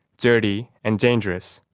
dirty and dangerous,